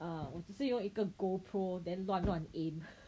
err 我只是用一个 Gopro then 乱乱 aim